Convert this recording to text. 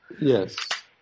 Yes